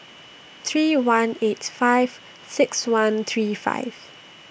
three one eight five six one three five